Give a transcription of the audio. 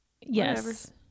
Yes